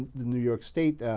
the new york state